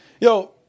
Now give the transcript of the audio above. Yo